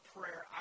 prayer